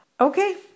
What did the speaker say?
Okay